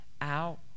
out